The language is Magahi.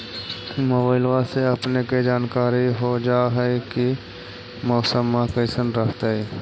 मोबाईलबा से अपने के जानकारी हो जा है की मौसमा कैसन रहतय?